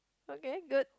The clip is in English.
okay good